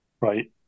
right